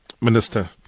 Minister